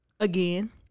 again